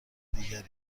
دیگری